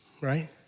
Right